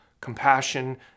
compassion